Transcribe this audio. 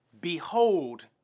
Behold